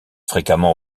fréquemment